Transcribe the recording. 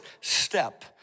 step